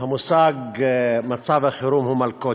המושג מצב חירום הוא מלכודת.